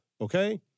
okay